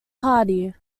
party